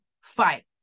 fight